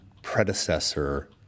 predecessor